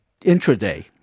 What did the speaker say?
intraday